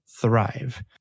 thrive